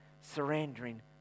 surrendering